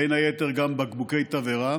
בין היתר, בקבוקי תבערה